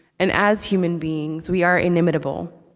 and as human beings we are inimitable,